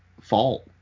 fault